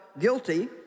guilty